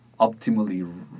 optimally